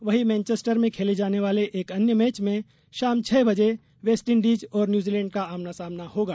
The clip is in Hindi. वहीं मैनचेस्टर में खेले जाने वाले एक अन्य मैच में शाम छह बजे वेस्टइंडीज और न्यूजीलैंड का आमना सामना होगा